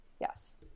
Yes